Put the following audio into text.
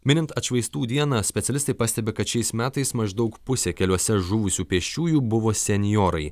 minint atšvaistų dieną specialistai pastebi kad šiais metais maždaug pusė keliuose žuvusių pėsčiųjų buvo senjorai